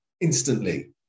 instantly